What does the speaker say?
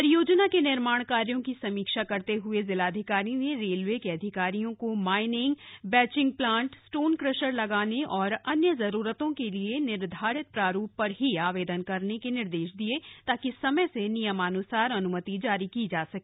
परियोजना के निर्माण कार्यों की समीक्षा करते हुए जिलाधिकारी ने रेलवे के अधिकारियों को mining batching plant stone crusher लगाने और अन्य जरूरतों के लिए निर्धारित प्रारूप पर ही आवेदन करने के निर्देश दिए ताकि समय से नियमानुसार अनुमति जारी की जा सके